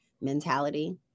mentality